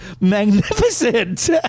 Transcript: magnificent